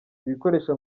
ibikoresho